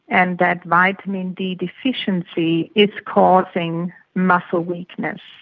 and that vitamin d deficiency is causing muscle weakness.